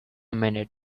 minute